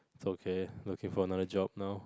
it's okay looking for another job now